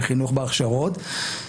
בחינוך בהכשרות.